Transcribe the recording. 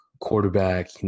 quarterback